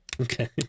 Okay